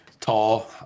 Tall